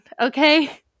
okay